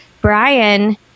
Brian